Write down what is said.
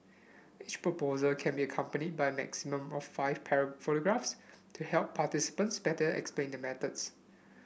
each proposal can be accompanied by a maximum of five pair photographs to help participants better explain their methods